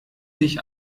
sich